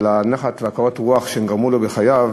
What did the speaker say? אבל הנחת וקורת הרוח שהם גרמו לו בחייו